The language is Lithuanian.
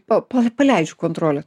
pa pa paleidžiu kontrolę